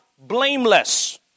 blameless